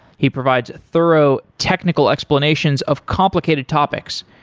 he provides thorough technical explanations of complicated topics,